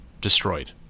destroyed